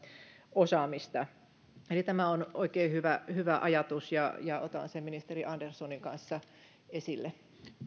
osaamista eli tämä on oikein hyvä hyvä ajatus ja ja otan sen ministeri anderssonin kanssa esille